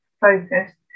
focused